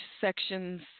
sections